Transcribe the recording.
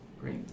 great